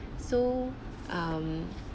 so um